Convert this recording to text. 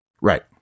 Right